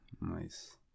Nice